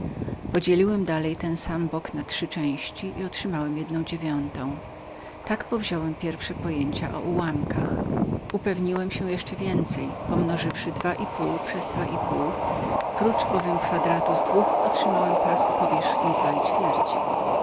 podzieliłem dalej ten sam bok na trzy części i otrzymałem jedną dziewiątą tak powziąłem pierwsze pojęcia o ułomkach zapewniłem się jeszcze więcej pomnożywszy dwa i pół przez dwa i pół obok bowiem kwadratu z dwóch wypadła mi ilość wartości dwóch i ćwierci